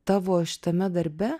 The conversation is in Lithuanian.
tavo šitame darbe